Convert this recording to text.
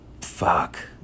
fuck